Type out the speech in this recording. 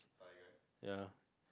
ya